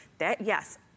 Yes